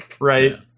right